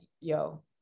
yo